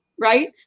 right